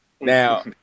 now